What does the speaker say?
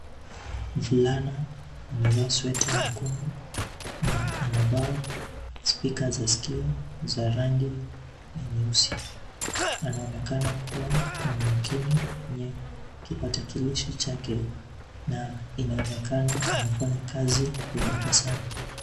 Mvulana amevaa sweta nyekundu na anavaa spika za skio za rangi ya nyeusi. Anaonekana kuwa na makini kwenye kipatakilishi chake na inaonekana anafanya kazi ya darasani.